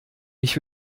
ich